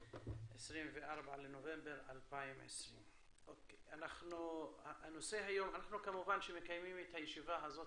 24 בנובמבר 2020. אנחנו מקיימים את הישיבה הזאת